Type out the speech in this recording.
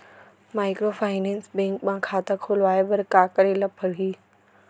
Microfinance bank म खाता खोलवाय बर का करे ल परही?